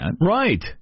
Right